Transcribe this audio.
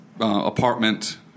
apartment